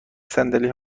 صندلی